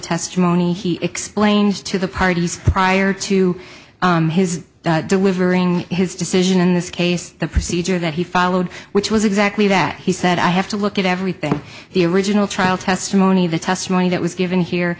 testimony he explained to the parties prior to his delivering his decision in this case the procedure that he followed which was exactly that he said i have to look at everything the original trial testimony the testimony that was given here